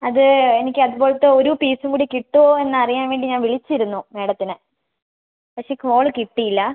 അത് എനിക്ക് അത് പോലത്തെ ഒരു പീസും കൂടി കിട്ടുമോ എന്ന് അറിയാൻ വേണ്ടി ഞാൻ വിളിച്ചിരുന്നു മാഡത്തിനെ പക്ഷെ കോള് കിട്ടിയില്ല